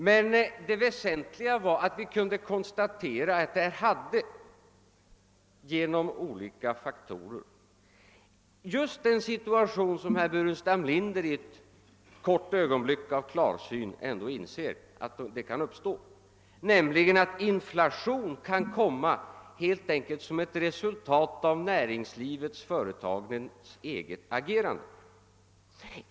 Men det väsentliga var att vi kunde konstatera att där hade genom olika faktorer just den situation uppstått som herr Burenstam Linder i ett kort ögonblick av klarsyn ändå inser kan uppstå, nämligen att inflationen kan komma helt enkelt som ett resultat av näringslivets och företagens eget agerande.